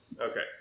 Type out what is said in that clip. Okay